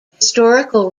historical